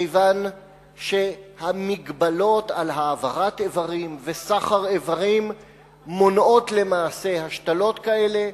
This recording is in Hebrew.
כיוון שהמגבלות על העברת איברים וסחר איברים מונעות למעשה השתלות כאלה,